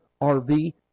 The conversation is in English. RV